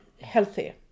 healthier